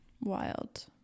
Wild